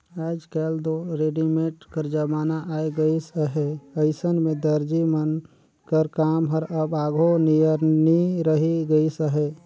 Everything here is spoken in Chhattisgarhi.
आएज काएल दो रेडीमेड कर जमाना आए गइस अहे अइसन में दरजी मन कर काम हर अब आघु नियर नी रहि गइस अहे